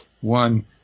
one